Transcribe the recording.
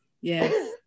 Yes